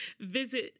visit